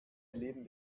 erleben